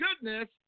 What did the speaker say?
goodness